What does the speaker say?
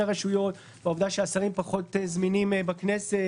הרשויות והעובדה שהשרים פחות זמינים בכנסת